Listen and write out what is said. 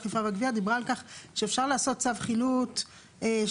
דיברה על כך שאפשר לעשות צו חילוט של